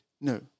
No